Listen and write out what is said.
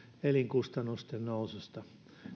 elinkustannusten noususta